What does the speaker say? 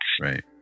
right